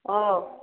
অ'